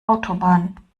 autobahn